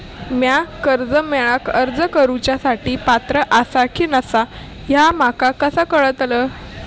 म्या कर्जा मेळाक अर्ज करुच्या साठी पात्र आसा की नसा ह्या माका कसा कळतल?